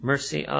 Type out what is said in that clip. Mercy